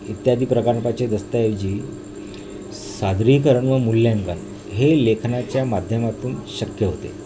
इत्यादी प्रकल्पाची दस्तऐवजी सादरीकरण व मूल्यांकन हे लेखनाच्या माध्यमातून शक्य होते